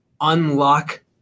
unlock